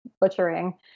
butchering